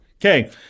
Okay